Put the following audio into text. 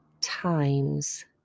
times